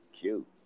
cute